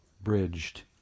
bridged